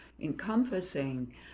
encompassing